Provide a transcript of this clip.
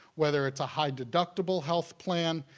whether it's a high deductible health plan,